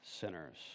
sinners